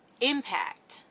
impact